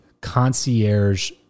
concierge